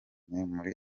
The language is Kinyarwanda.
muri